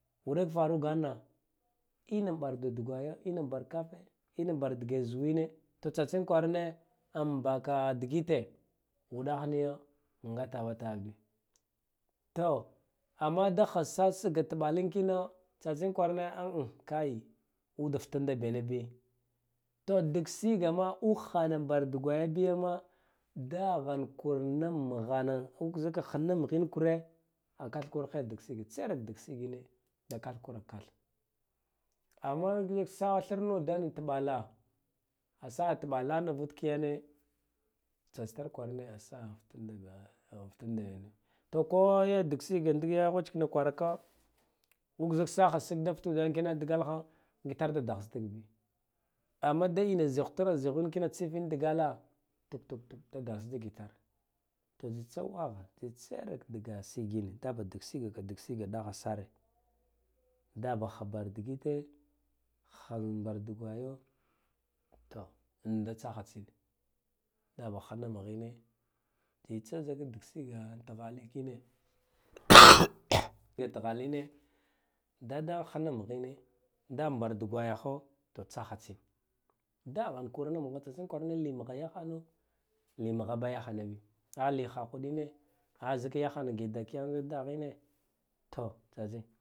Udak tarugarine in inbardo dugwaya in inbar kafe in inbar dige zuwain to tsatsin kwarane in baka digite udah niya nga taba taba biya to ama da ha ha sa tasiga tabalin kin tsa tsin kwarane ude in fitanda be naɓiya to digsiga ma tsaha na bar digawaya biyama dahan kur in hinan in maghanoi kure a kath kur hai da kath kur kath ama unk sa thirna ude in tibala tsa tsi tar kwarane in fitanda bai na biya ko ya digsiga ndik ya ghwacek na kwaraka uk saha da sig da fhe dan kina digaal ha, nga da dahsdig biya ama da ina ziyh tira zighivin kina digal tuk tuk da darsdig itar to tsitsa wagha cerak dig siga in daba digsiga kai digsiga daha sare dabe ha bar digite han bar dugwara in da tsaha tsin in hinan magha in tsi tsa digsiga an tighale kine ya tighale in da dan henan magha inne ha da hinan magha in da tsaha tsin li mugha in da tsaha tsin li mugha yaha na lio megha ba yahana biya, a zak yahana gidakiyam dagha in tsa tsin.